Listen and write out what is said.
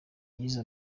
yize